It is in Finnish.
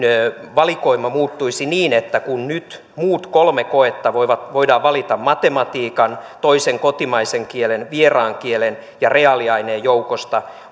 valikoima muuttuisi niin että kun nyt muut kolme koetta voidaan valita matematiikan toisen kotimaisen kielen vieraan kielen ja reaaliaineen joukosta